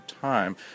time